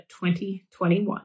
2021